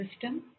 system